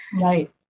Right